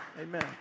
Amen